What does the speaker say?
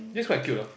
this quite cute ah